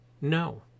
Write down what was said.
No